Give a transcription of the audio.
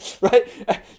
right